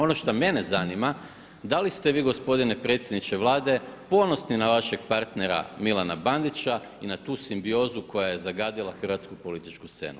Ono što mene zanima, da li ste vi g. predsjedniče Vlade, ponosni na vašeg partnera Milana Bandića i na tu simbiozu koja je zagadila hrvatsku političku scenu?